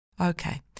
Okay